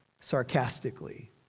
sarcastically